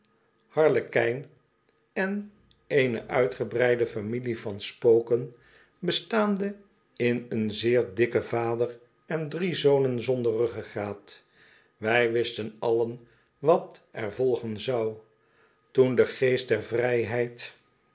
harlekijn en in eene uitgebreide familie van spoken bestaande in een zeer dikken vader en drie zonen zonder ruggegraat wij wisten allen wat er volgen zou toen de geest der vrijheid